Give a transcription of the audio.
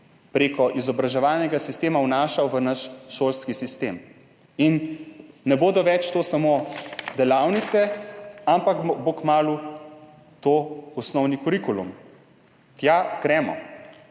prek izobraževalnega sistema vnašal v naš šolski sistem in to ne bodo več samo delavnice, ampak bo kmalu to osnovni kurikulum. Tja gremo